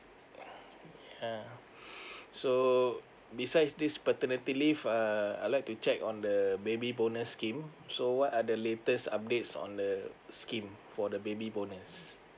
uh so besides this paternity leave uh I like to check on the the baby bonus scheme so what are the latest updates on the scheme for the baby bonus